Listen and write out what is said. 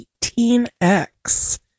18X